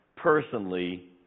Personally